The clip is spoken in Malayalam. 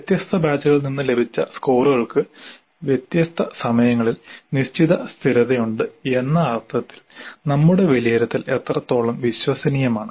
വ്യത്യസ്ത ബാച്ചുകളിൽ നിന്ന് ലഭിച്ച സ്കോറുകൾക്ക് വ്യത്യസ്ത സമയങ്ങളിൽ നിശ്ചിത സ്ഥിരതയുണ്ട് എന്ന അർത്ഥത്തിൽ നമ്മുടെ വിലയിരുത്തൽ എത്രത്തോളം വിശ്വസനീയമാണ്